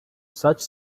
such